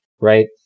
right